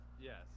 Yes